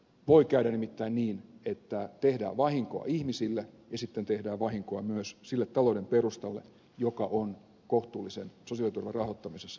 voi käydä nimittäin niin että tehdään vahinkoa ihmisille ja sitten tehdään vahinkoa myös sille talouden perustalle joka on kohtuullisen sosiaaliturvan rahoittamisessa täysin välttämätöntä